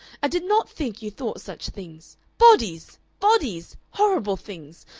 i did not think you thought such things. bodies! bodies! horrible things!